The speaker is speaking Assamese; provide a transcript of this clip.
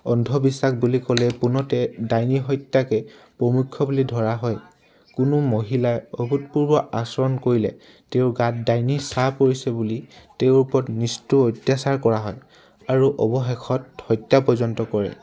অন্ধবিশ্বাস বুলি ক'লে পোনতে দাইনী হত্যাকে প্ৰমুখ্য বুলি ধৰা হয় কোনো মহিলাই অভূতপূৰ্ব আচৰণ কৰিলে তেওঁৰ গাত দাইনী ছাঁ পৰিছে বুলি তেওঁৰ ওপৰত নিষ্ঠুৰ অত্যাচাৰ কৰা হয় আৰু অৱশেষত হত্যা পৰ্যন্ত কৰে